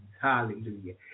Hallelujah